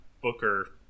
Booker